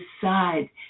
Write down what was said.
decide